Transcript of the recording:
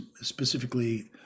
specifically